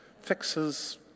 fixes